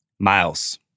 Miles